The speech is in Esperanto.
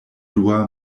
dua